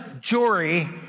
jury